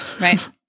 Right